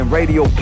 Radio